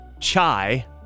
chai